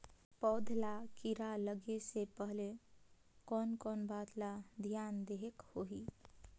पौध ला कीरा लगे से पहले कोन कोन बात ला धियान देहेक होही?